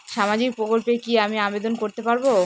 সামাজিক প্রকল্পে কি আমি আবেদন করতে পারবো?